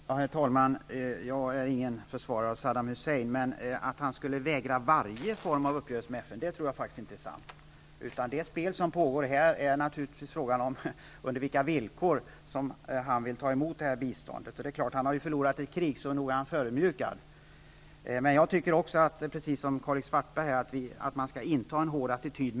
Herr talman! Jag är ingen försvarare av Saddam Hussein. Att han skulle vägra varje form av uppgörelse med FN tror jag faktiskt inte är sant. Det spel som pågår här handlar naturligtvis om under vilka villkor som han vill ta emot bistånd. Det är klart att han, eftersom han har förlorat ett krig, är förödmjukad. Precis som Karl-Erik Svartberg tycker jag att man skall inta en hård attityd.